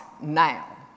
now